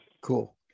Cool